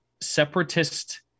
separatist